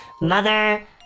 Mother